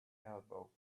elbow